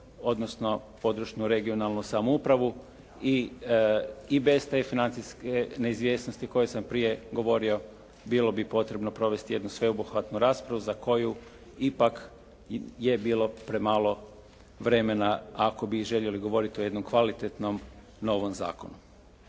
odnosno područnu (regionalnu) samoupravu i bez te financijske neizvjesnosti o kojoj sam prije govorio, bilo bi potrebno provesti jednu sveobuhvatnu raspravu za koju ipak je bilo premalo vremena ako i željeli govoriti o jednom kvalitetnom novom zakonu.